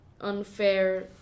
unfair